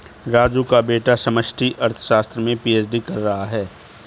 राजू का बेटा समष्टि अर्थशास्त्र में पी.एच.डी कर रहा है